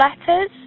letters